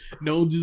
No